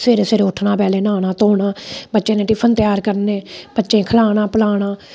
सबेरे उठना पैहले नहाना धोना बच्चें दे टिफन तैयार करने बच्चें गी खलाना पलाना